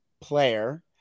player